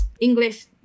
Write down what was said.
english